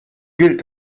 gilt